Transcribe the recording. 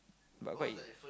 but quite